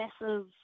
massive